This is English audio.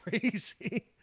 crazy